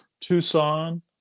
Tucson